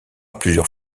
plusieurs